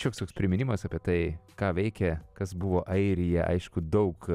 šioks toks priminimas apie tai ką veikė kas buvo airija aišku daug